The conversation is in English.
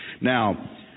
Now